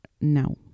now